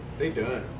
they did